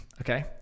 okay